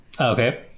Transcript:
Okay